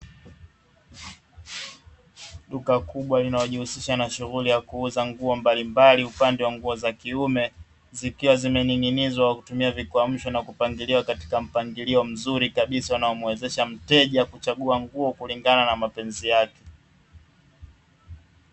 Duka kubwa linalojishughulisha na shughuli ya kuuza nguo mbalimbali upande wa nguo za kiume, zikiwa zimenin'ginizwa kwa kutumia vikwamsho na kupangiliwa katika mpangilio mzuri kabisa unaomuwezesha mteja kuchagua nguo kulingana na mapenzi yake.